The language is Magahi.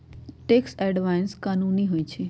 टैक्स अवॉइडेंस कानूनी होइ छइ